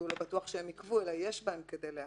לא בטוח שהם עיכבו, אלא יש בהם כדי לעכב.